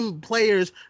players